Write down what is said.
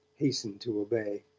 hastened to obey.